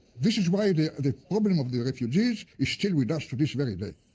this is why the problem of the refugees is still with us to this very day.